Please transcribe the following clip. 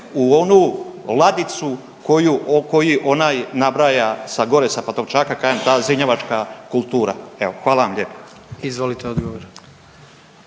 u onu ladicu koju, koji onaj nabraja sa gore sa Pantovčaka, kažem, ta zrinjevačka kultura. Evo, hvala vam lijepo.